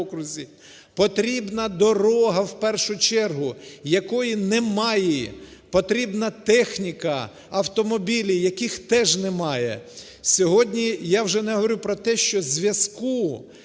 потрібна дорога в першу чергу якої немає, потрібна техніка, автомобілі, яких теж немає. Сьогодні я вже не говорю про те, що зв'язку,